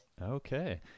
Okay